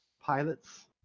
pilots